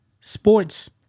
sports